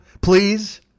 please